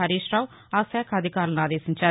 హరీశ్రావు ఆశాఖ అధికారులను ఆదేశించారు